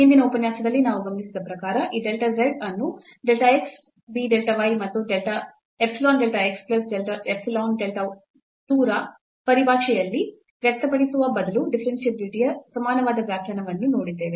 ಹಿಂದಿನ ಉಪನ್ಯಾಸದಲ್ಲಿ ನಾವು ಗಮನಿಸಿದ ಪ್ರಕಾರ ಈ delta z ಅನ್ನು delta x be delta y ಮತ್ತು epsilon delta x plus epsilon delta 2 y ಪರಿಭಾಷೆಯಲ್ಲಿ ವ್ಯಕ್ತಪಡಿಸುವ ಬದಲು ಡಿಫರೆನ್ಷಿಯಾಬಿಲಿಟಿ ಯ ಸಮಾನವಾದ ವ್ಯಾಖ್ಯಾನವನ್ನು ನೋಡಿದ್ದೇವೆ